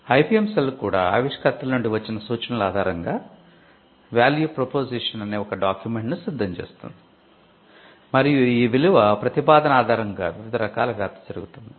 IPM cell అనే ఒక డాక్యుమెంట్ను సిద్ధం చేస్తుంది మరియు ఈ విలువ ప్రతిపాదన ఆధారంగా వివిధ రకాల వ్యాప్తి జరుగుతుంది